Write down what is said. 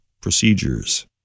procedures